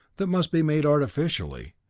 that must be made artificially,